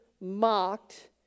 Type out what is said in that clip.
mocked